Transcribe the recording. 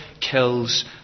kills